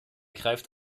greift